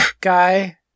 guy